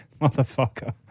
Motherfucker